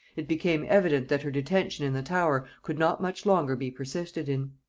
it became evident that her detention in the tower could not much longer be persisted in.